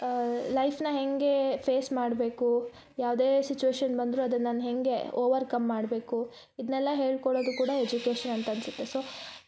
ಲೈಫ್ನ ಹೇಗೆ ಫೇಸ್ ಮಾಡಬೇಕು ಯಾವುದೇ ಸಿಚುವೇಶನ್ ಬಂದರೂ ಅದನ್ನ ನಾನು ಹೇಗೆ ಓವರ್ಕಮ್ ಮಾಡಬೇಕು ಇದ್ನೆಲ್ಲ ಹೇಳ್ಕೊಡೋದು ಕೂಡ ಎಜುಕೇಶನ್ ಅಂತನ್ಸತ್ತೆ ಸೊ